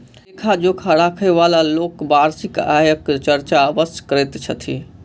लेखा जोखा राखयबाला लोक वार्षिक आयक चर्चा अवश्य करैत छथि